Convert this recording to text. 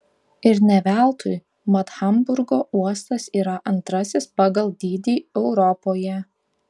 ir ne veltui mat hamburgo uostas yra antrasis pagal dydį europoje